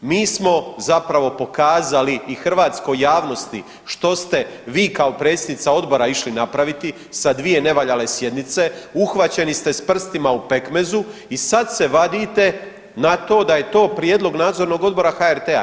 Mi smo zapravo pokazali i hrvatskoj javnosti što ste vi kao predsjednica odbora išli napraviti sa dvije nevaljale sjednice, uhvaćeni ste s prstima u pekmezu i sad se vadite na to da je to prijedlog nadzornog odbora HRT-a.